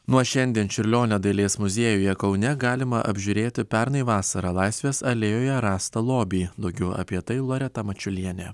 nuo šiandien čiurlionio dailės muziejuje kaune galima apžiūrėti pernai vasarą laisvės alėjoje rastą lobį daugiau apie tai loreta mačiulienė